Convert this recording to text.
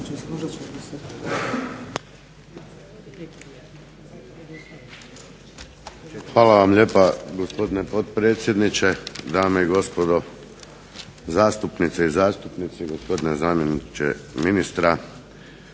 Hvala vam lijepa gospodine potpredsjedniče, dame i gospodo zastupnice i zastupnici, gospodine zamjeniče ministra.